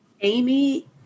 Amy